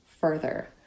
further